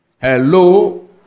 Hello